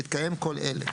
בהתקיים כל אלה: